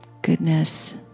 Goodness